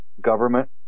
government